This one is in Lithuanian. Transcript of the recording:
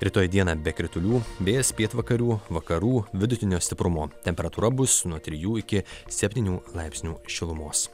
rytoj dieną be kritulių vėjas pietvakarių vakarų vidutinio stiprumo temperatūra bus nuo trijų iki septynių laipsnių šilumos